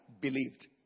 believed